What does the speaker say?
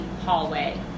hallway